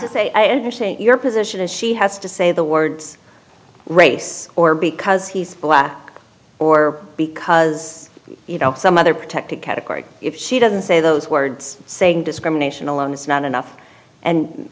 to say i understand your position is she has to say the words race or because he's black or because you know some other protected category she doesn't say those words saying discrimination alone is not enough and